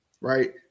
right